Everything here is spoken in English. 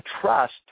trust